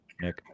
Nick